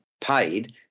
paid